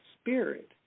spirit